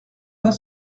pas